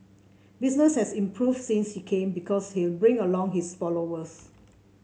business has improved since he came because he'll bring along his followers